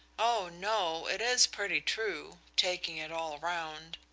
oh no it is pretty true, taking it all round,